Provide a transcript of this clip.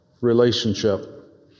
relationship